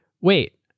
wait